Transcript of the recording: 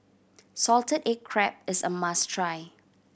salted egg crab is a must try